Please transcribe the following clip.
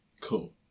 cool